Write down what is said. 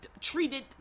treated